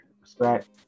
respect